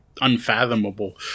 unfathomable